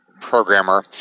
programmer